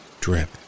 drip